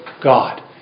God